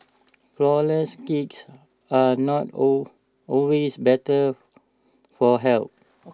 Flourless Cakes are not all always better for health